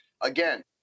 again